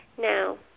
Now